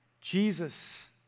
Jesus